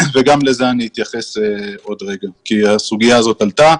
וגם לזה אני אתייחס עוד רגע כי הסוגיה הזאת עלתה